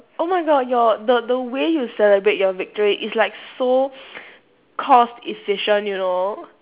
oh my god your the the way you celebrate your victory is like so cost efficient you know